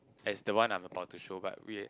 as the one I'm about to show but we